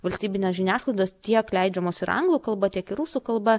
valstybinės žiniasklaidos tiek leidžiamos ir anglų kalba tiek ir rusų kalba